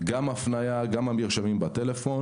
גם על הפניה וגם על מרשמים בטלפון.